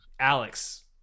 Alex